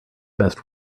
best